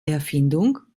erfindung